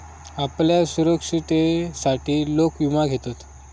आपल्या सुरक्षिततेसाठी लोक विमा घेतत